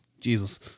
Jesus